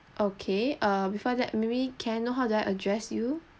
okay err before that maybe can I know how do I address you